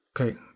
Okay